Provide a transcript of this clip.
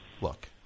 Look